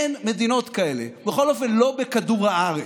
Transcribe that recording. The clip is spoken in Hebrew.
אין מדינות כאלה, בכל אופן לא בכדור הארץ.